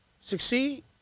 succeed